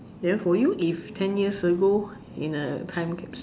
then for you if ten years ago in a time capsule